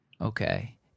Okay